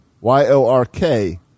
Y-O-R-K